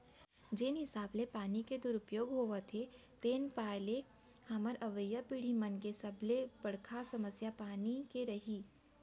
जेन हिसाब ले पानी के दुरउपयोग होवत हे तेन पाय ले हमर अवईया पीड़ही मन के सबले बड़का समस्या पानी के रइही